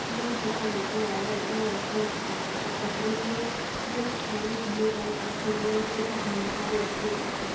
में जेको मज़ो आहे उहो वठिणो खपे प्रकृतिअ इहे स्थान घुमी करे पाण खे उन विषय बि जानकारी वठिणी खपे